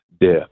death